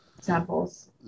samples